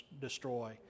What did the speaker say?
destroy